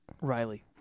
Riley